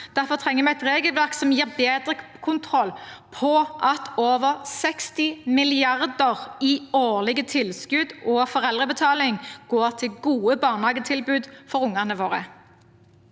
Derfor trenger vi et regelverk som gir bedre kontroll på at over 60 mrd. kr i årlige tilskudd og foreldrebetaling går til gode barnehagetilbud for ungene våre.